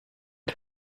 der